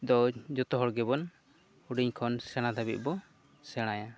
ᱫᱚ ᱡᱚᱛᱚ ᱦᱚᱲ ᱜᱮᱵᱚᱱ ᱦᱩᱰᱤᱧ ᱠᱷᱚᱱ ᱥᱮᱬᱟ ᱫᱷᱟᱹᱵᱤᱡ ᱵᱚᱱ ᱥᱮᱬᱟᱭᱟ